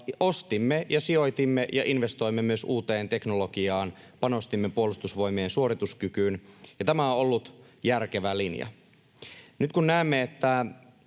sijoitimme ja investoimme siihen, panostimme Puolustusvoimien suorituskykyyn, ja tämä ollut järkevä linja. Nyt kun näemme, että